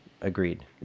agreed